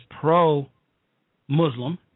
pro-Muslim